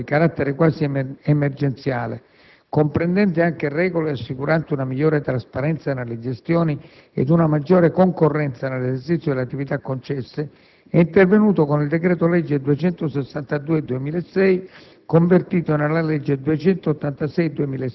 Un primo intervento normativo sul settore, di carattere quasi emergenziale, comprendente anche regole assicuranti una migliore trasparenza nelle gestioni ed una maggiore concorrenza nell'esercizio delle attività concesse, è intervenuto con il decreto legge n. 262 del 2006,